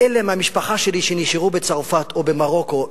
לאלה מהמשפחה שלי שנשארו בצרפת או במרוקו,